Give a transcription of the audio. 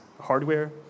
hardware